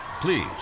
Please